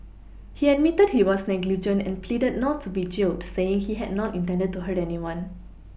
he admitted he was negligent and pleaded not to be jailed saying he had not intended to hurt anyone